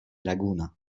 laguna